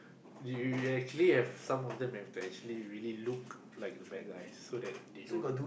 you you you actually have some of them have to actually really look like the bad guys so that they don't